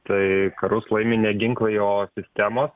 tai karus laimi ne ginklai o sistemos